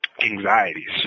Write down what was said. anxieties